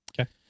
Okay